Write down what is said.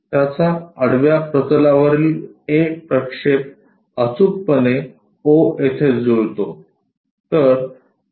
त्याचा आडव्या प्रतलावरील A प्रक्षेप अचूकपणे o येथे जुळतो